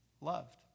loved